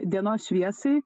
dienos šviesai